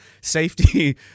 safety